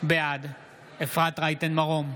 בעד אפרת רייטן מרום,